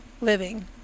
Living